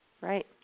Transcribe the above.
right